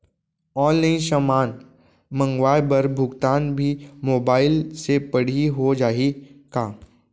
Online समान मंगवाय बर भुगतान भी मोबाइल से पड़ही हो जाही का?